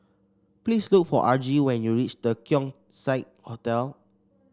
please look for Argie when you reach The Keong Saik Hotel